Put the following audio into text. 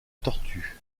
tortue